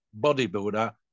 bodybuilder